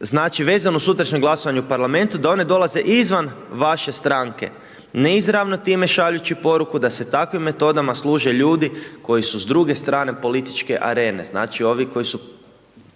znači vezano uz sutrašnje glasovanje u Parlamentu da one dolaze izvan vaše stranke, neizravno time šaljući poruku da se takvim metodama služe ljudi koji su s druge strane političke arene, znači ovi koji su